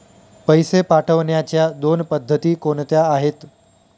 पैसे पाठवण्याच्या दोन पद्धती कोणत्या आहेत?